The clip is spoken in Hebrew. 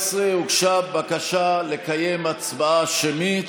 14 הוגשה בקשה לקיים הצבעה שמית.